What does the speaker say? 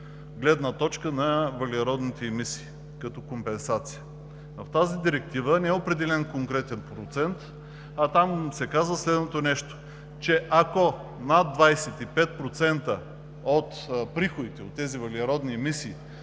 гледна точка на въглеродните емисии като компенсация. В тази директива не е определен конкретен процент, а там се казва следното нещо: ако над 25% от приходите от въглеродните емисии